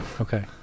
Okay